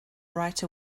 right